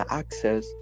access